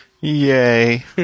Yay